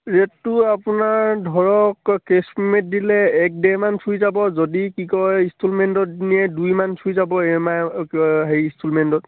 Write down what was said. ৰেটটো আপোনাৰ ধৰক কেছ পেমেণ্ট দিলে এক ডেৰমান চুই যাব যদি কি কয় ইনষ্টলমেণ্টত নিয়ে দুইমান চুই যাব এম আই কি কয় হেৰি ইনষ্টলমেণ্টত